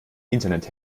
internet